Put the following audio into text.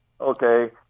Okay